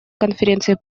конференции